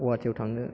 गुवाहाटीयाव थांनो